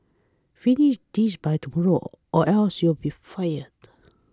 finish this by tomorrow or else you'll be fired